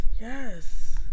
Yes